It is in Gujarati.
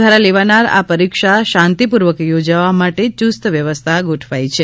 દ્વારા લેવનાર આ પરીક્ષા શાંતિપૂર્વક યોજવા માટે ચૂસ્ત વ્યવસ્થા ગોઠવાઈ છે